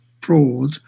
fraud